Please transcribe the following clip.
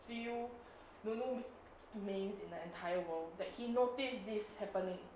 few nunu mains in the entire world that he noticed this happening